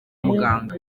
muganga